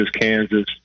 Kansas